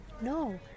No